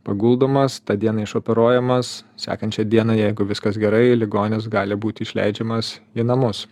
paguldomas tą dieną išoperuojamas sekančią dieną jeigu viskas gerai ligonis gali būti išleidžiamas į namus